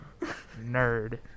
Nerd